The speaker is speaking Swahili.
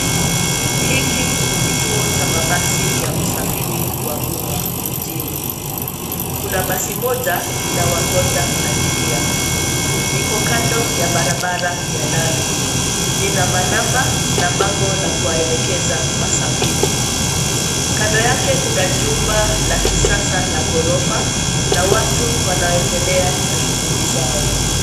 Hiki ni kituo cha mabasi ya usafiri wa umma mjini. Kuna basi moja linawangoja abiria. Liko kando ya barabara ya lami. Lina manamba na bango la kuwaelekeza wasafiri, kando yake kuna jumba la kisasa la ghorofa na watu wanaoendelea na shughuli zao.